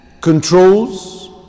controls